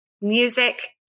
music